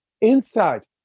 inside